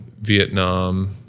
Vietnam